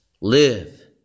live